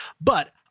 But-